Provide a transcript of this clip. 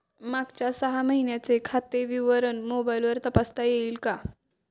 मागच्या सहा महिन्यांचे खाते विवरण मोबाइलवर तपासता येईल का?